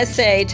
say